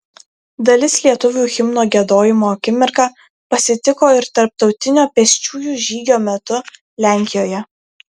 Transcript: dalis lietuvių himno giedojimo akimirką pasitiko ir tarptautinio pėsčiųjų žygio metu lenkijoje